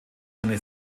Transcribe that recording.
seine